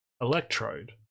Electrode